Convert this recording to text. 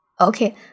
Okay